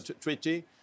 Treaty